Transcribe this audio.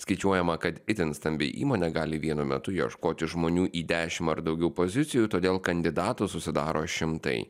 skaičiuojama kad itin stambi įmonė gali vienu metu ieškoti žmonių į dešim ar daugiau pozicijų todėl kandidatų susidaro šimtai